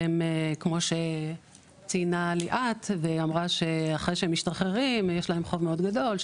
והם כמו שציינה ליאת ואמרה שאחרי שהם משתחררים יש להם חוב מאוד גדול,